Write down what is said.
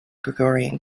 gregorian